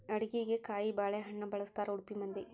ಅಡಿಗಿಗೆ ಕಾಯಿಬಾಳೇಹಣ್ಣ ಬಳ್ಸತಾರಾ ಉಡುಪಿ ಮಂದಿ